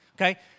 Okay